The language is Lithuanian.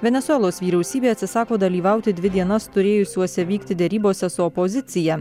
venesuelos vyriausybė atsisako dalyvauti dvi dienas turėjusiuose vykti derybose su opozicija